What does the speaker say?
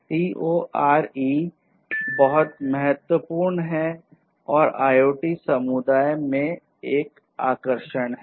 CoRE बहुत महत्वपूर्ण है और IoT समुदाय में एक आकर्षण है